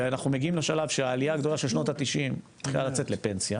ואנחנו מגיעים לשלב שהעלייה הגדולה של שנות ה-90 מתחילה לצאת לפנסיה.